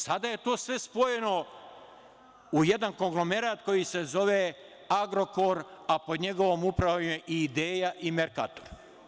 Sada je to sve spojeno u jedan koglomerat koji se zove „Agrokor“, a pod njegovom upravom su i „Idea“ i „Merkator“